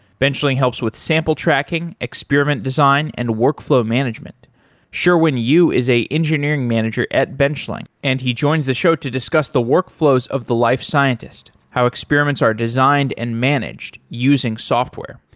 benchling helps with sample tracking, experiment design and workflow management sherwin yu is a engineering manager at benchling. and he joins the show to discuss the workflows of the life scientist, how experiments are designed and managed using software.